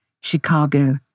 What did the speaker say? Chicago